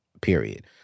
Period